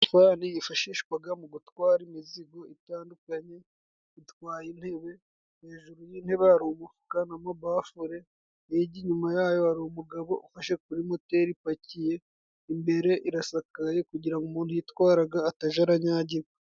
Lifani yifashishwaga mu gutwara imizigo itandukanye itwaye intebe, hejuru y'intebe hari umufuka n'amabafure, hijya inyuma yayo hari umugabo ufashe kuri moteri ipakiye, imbere irasakaye kugira ngo umuntu uyitwaraga ataja aranyagigwa.